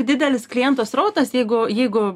didelis klientų srautas jeigu jeigu